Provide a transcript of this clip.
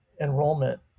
enrollment